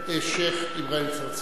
שיח' אברהים צרצור.